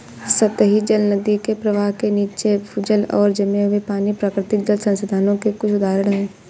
सतही जल, नदी के प्रवाह के नीचे, भूजल और जमे हुए पानी, प्राकृतिक जल संसाधनों के कुछ उदाहरण हैं